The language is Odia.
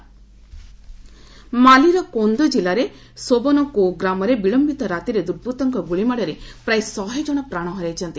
ମାଲି କିଲ୍ଡ ମାଲିର କୌନ୍ଦୋ ଜିଲ୍ଲାରେ ସୋବାନେ କୋଉ ଗ୍ରାମରେ ବିଳୟିତ ରାତିରେ ଦୁର୍ବୃତ୍ତଙ୍କ ଗୁଳିମାଡ଼ରେ ପ୍ରାୟ ଶହେଜଣ ପ୍ରାଣ ହରାଇଛନ୍ତି